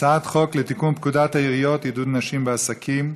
הצעת חוק לתיקון פקודת העיריות (עידוד נשים בעסקים),